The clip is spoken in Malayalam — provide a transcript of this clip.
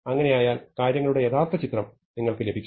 അങ്ങനെയായാൽ കാര്യങ്ങളുടെ യഥാർത്ഥ ചിത്രം നിങ്ങൾക്ക് ലഭിക്കും